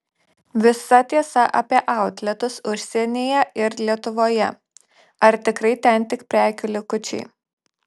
visa tiesa apie outletus užsienyje ir lietuvoje ar tikrai ten tik prekių likučiai